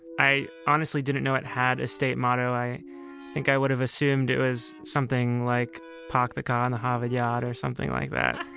i honestly didn't know it had a state motto. i think i would have assumed it was something like park the car and in harvard yard or something like that